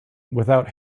without